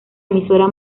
emisora